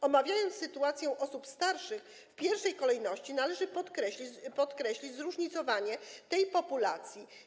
Omawiając sytuację osób starszych, w pierwszej kolejności należy podkreślić zróżnicowanie tej populacji.